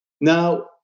Now